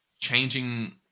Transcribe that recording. changing